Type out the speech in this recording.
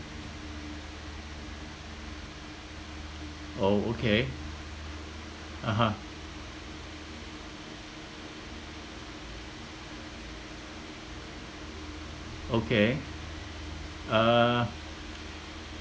oh okay (uh huh) okay err